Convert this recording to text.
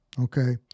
okay